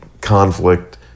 conflict